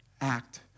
act